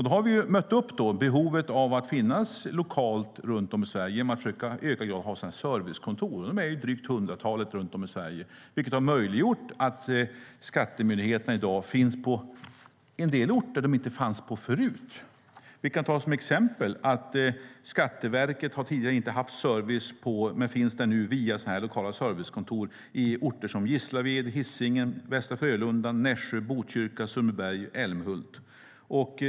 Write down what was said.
Då har de mött upp behovet av att finnas lokalt runt om i Sverige genom att ha servicekontor. Det är ett drygt hundratal runt om i Sverige, vilket har möjliggjort att Skatteverket i dag finns på en del orter där de inte fanns förut. Som exempel kan vi ta att Skatteverket tidigare inte har haft service men nu har det via så kallade lokala servicekontor på orter som Gislaved, Hisingen, Västra Frölunda, Nässjö, Botkyrka, Sundbyberg och Älmhult.